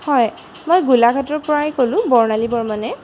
হয় মই গোলাঘাটৰপৰাই ক'লোঁ বৰ্ণালী বৰ্মনে